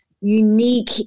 unique